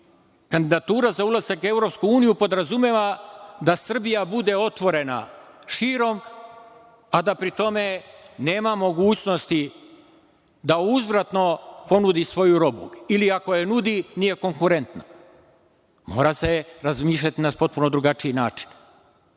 kandidatura za ulazak u Evropsku uniju podrazumeva da Srbija bude otvorena širom, a da pri tome nema mogućnosti da uzvratno ponudi svoju robu ili ako je nudi, nije konkurentna. Mora se razmišljati na potpuno drugačiji način. Mi